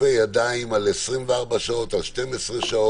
כיפופי ידיים על 24 שעות, על 12 שעות,